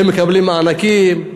הם מקבלים מענקים,